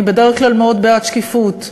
אני בדרך כלל מאוד בעד שקיפות.